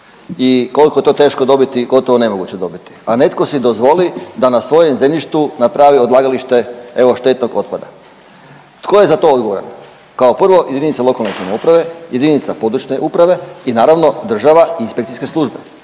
i koliko je to teško dobiti, gotovo je nemoguće dobiti. A netko si dozvoli na svojem zemljištu napravi odlagalište evo štetnog otpada. Tko je za to odgovoran? Kao prvo jedinice lokalne samouprave, jedinica područne uprave i naravno država i inspekcijske službe.